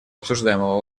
обсуждаемого